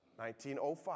1905